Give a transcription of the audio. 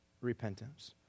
repentance